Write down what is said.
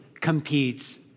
competes